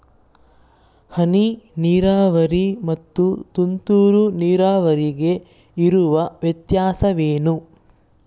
ಹನಿ ನೀರಾವರಿ ಮತ್ತು ತುಂತುರು ನೀರಾವರಿಗೆ ಇರುವ ವ್ಯತ್ಯಾಸವೇನು?